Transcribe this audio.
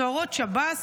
סוהרות שב"ס,